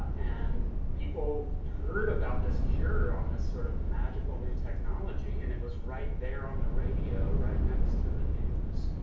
and people heard about this cure on this sort of magical new technology and it was right there on the radio, right next to the news,